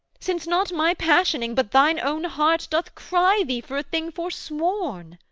since not my passioning, but thine own heart, doth cry thee for a thing forsworn.